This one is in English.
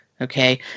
okay